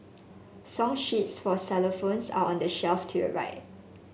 song sheets for xylophones are on the shelf to your right